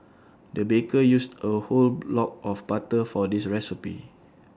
the baker used A whole block of butter for this recipe